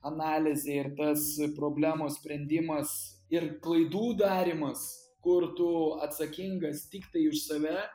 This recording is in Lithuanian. analizė ir tas problemos sprendimas ir klaidų darymas kur tu atsakingas tiktai už save